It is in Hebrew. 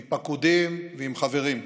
עם פקודים ועם חברים.